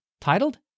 titled